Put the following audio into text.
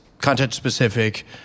content-specific